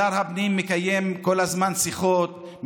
שר הפנים מקיים כל הזמן שיחות,